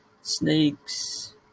snakes